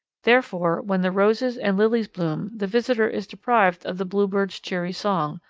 therefore when the roses and lilies bloom the visitor is deprived of the bluebird's cheery song,